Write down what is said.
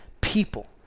people